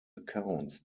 accounts